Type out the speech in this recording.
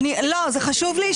חשוב לי,